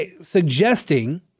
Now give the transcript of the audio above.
suggesting